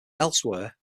elsewhere